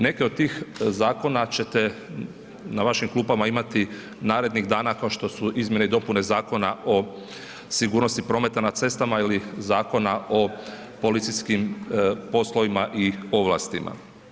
Neke od tih zakona ćete na vašim klupama imati narednih dana, kao što su izmjene i dopuna Zakona o sigurnosti prometa na cestama ili Zakona o policijskim poslovima i ovlastima.